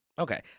okay